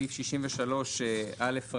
סעיף 63א,